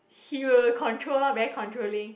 he will control lor very controlling